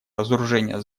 разоружения